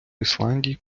ісландії